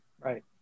Right